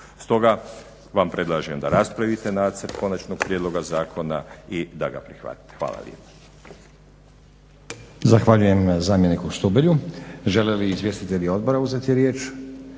Stoga vam predlažem da raspravite Nacrt konačnog prijedloga zakona i da ga prihvatite. Hvala lijepo.